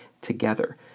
together